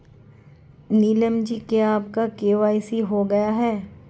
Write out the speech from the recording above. नीलम जी क्या आपका के.वाई.सी हो गया है?